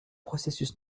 processus